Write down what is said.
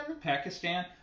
Pakistan